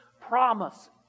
promise